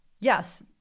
yes